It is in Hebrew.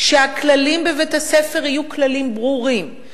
שהכללים בבית-הספר יהיו כללים ברורים,